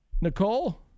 nicole